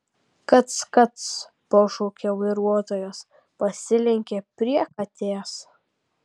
kac kac pašaukė vairuotojas pasilenkė prie katės